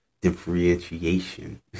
differentiation